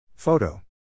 Photo